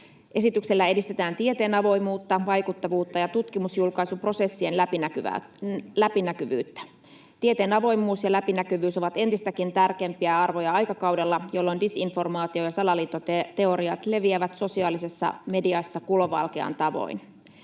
Esityksellä edistetään tieteen avoimuutta, vaikuttavuutta ja tutkimusjulkaisuprosessien läpinäkyvyyttä. Tieteen avoimuus ja läpinäkyvyys ovat entistäkin tärkeämpiä arvoja aikakaudella, jolloin disinformaatio ja salaliittoteoriat leviävät sosiaalisessa mediassa kulovalkean tavoin.